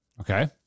Okay